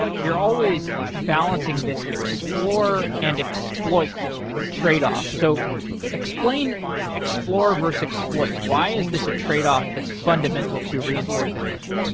you're always balancing this explore and exploit tradeoff. so explain explore versus exploit. why is this a tradeoff that's fundamental to reinforcement learning?